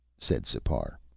said sipar.